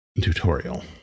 tutorial